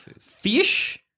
fish